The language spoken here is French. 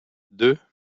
deux